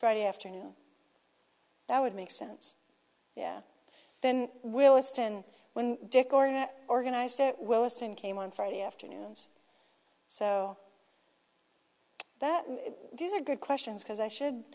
friday afternoon that would make sense yeah then will it stand when organized it will listen came on friday afternoons so that these are good questions because i should